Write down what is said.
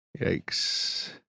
Yikes